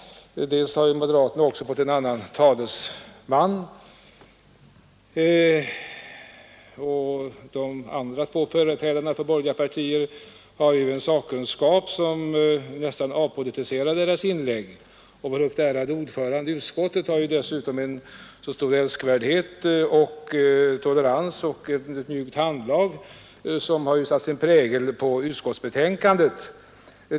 Dels har moderaterna fått en annan talesman, dels har de andra två företrädarna för de borgerliga partierna en sakkunskap, som nästan avpolitiserar deras inlägg. Vår ärade ordförande i civilutskottet har dessutom stor älskvärdhet, tolerans och mjukt handlag, vilket har satt sin prägel på utskottsbetänkandet.